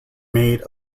made